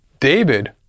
David